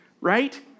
Right